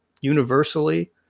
universally